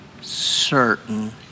certain